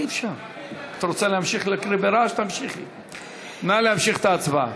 נא להמשיך את ההצבעה.